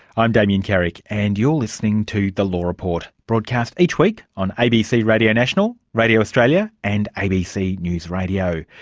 i'm damien carrick, and you're listening to the law report, broadcast each week on abc radio national, radio australia and abc news radio.